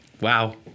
Wow